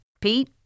Pete